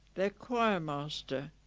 their choir master,